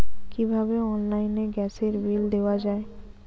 কিভাবে অনলাইনে গ্যাসের বিল দেওয়া যায়?